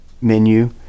menu